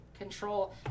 control